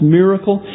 miracle